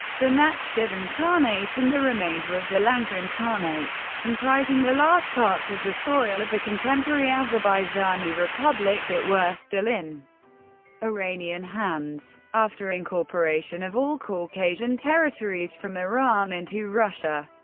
the nakhchivan khanate khanate and the remainder of the lankaran khanate, comprising the last parts of the soil of the contemporary azerbaijani republic that were still in iranian hands. after incorporation of all caucasian territories from iran into russia,